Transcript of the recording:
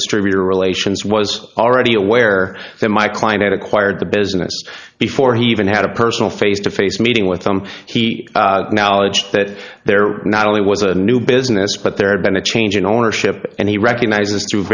distributor relations was already aware that my client had acquired the business before he even had a personal face to face meeting with them he knowledge that there not only was a new business but there had been a change in ownership and he recognizes through